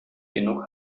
genug